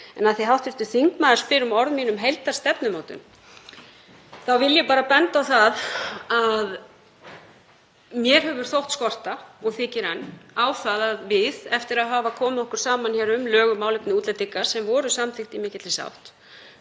En af því að hv. þingmaður spyr um orð mín um heildarstefnumótun þá vil ég bara benda á að mér hefur þótt skorta, og þykir enn, á það að við — eftir að hafa komið okkur saman um lög um málefni útlendinga sem voru samþykkt í mikilli sátt